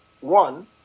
one